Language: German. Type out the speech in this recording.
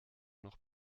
noch